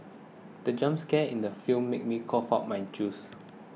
the jump scare in the film made me cough out my juice